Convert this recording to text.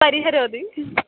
परिहरोतु